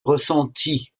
ressenti